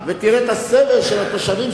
ותראה את הסבל של התושבים,